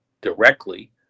directly